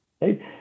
right